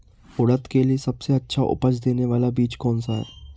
उड़द के लिए सबसे अच्छा उपज देने वाला बीज कौनसा है?